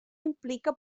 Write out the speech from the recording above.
implica